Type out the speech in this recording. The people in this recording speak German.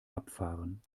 abfahren